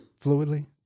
Fluidly